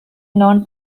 non